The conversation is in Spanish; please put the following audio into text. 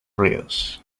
ríos